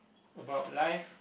about life